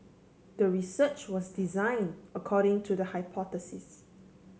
the research was design according to the hypothesis